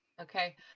Okay